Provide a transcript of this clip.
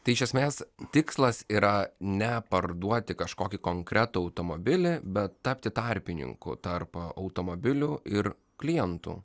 tai iš esmės tikslas yra ne parduoti kažkokį konkretų automobilį bet tapti tarpininku tarp automobilių ir klientų